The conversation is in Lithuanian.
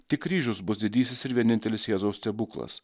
tik kryžius bus didysis ir vienintelis jėzaus stebuklas